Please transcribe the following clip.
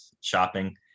shopping